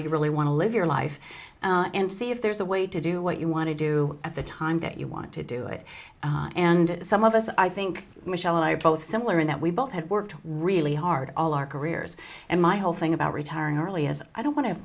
you really want to live your life and see if there's a way to do what you want to do at the time that you were to do it and some of us i think michelle and i are both similar in that we both had worked really hard all our careers and my whole thing about retiring early as i don't want to